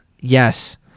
Yes